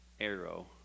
arrow